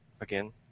again